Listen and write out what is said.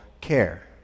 care